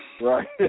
Right